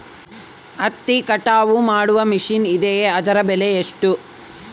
ಹತ್ತಿ ಕಟಾವು ಮಾಡುವ ಮಿಷನ್ ಇದೆಯೇ ಅದರ ಬೆಲೆ ಎಷ್ಟು?